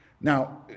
Now